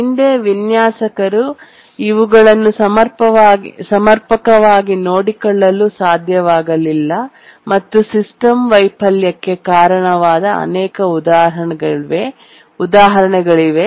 ಹಿಂದೆ ವಿನ್ಯಾಸಕರು ಇವುಗಳನ್ನು ಸಮರ್ಪಕವಾಗಿ ನೋಡಿಕೊಳ್ಳಲು ಸಾಧ್ಯವಾಗಲಿಲ್ಲ ಮತ್ತು ಸಿಸ್ಟಮ್ ವೈಫಲ್ಯಕ್ಕೆ ಕಾರಣವಾದ ಅನೇಕ ಉದಾಹರಣೆಗಳಿವೆ